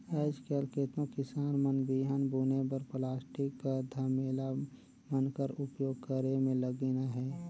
आएज काएल केतनो किसान मन बीहन बुने बर पलास्टिक कर धमेला मन कर उपियोग करे मे लगिन अहे